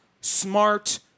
smart